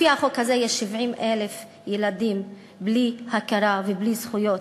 לפי החוק הזה יש 70,000 ילדים בלי הכרה ובלי זכויות.